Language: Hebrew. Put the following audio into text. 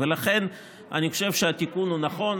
אני חושב שהתיקון הוא נכון,